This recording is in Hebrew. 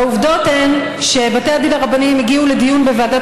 והעובדות הן שבתי הדין הרבניים הגיעו לדיון בוועדת